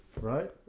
Right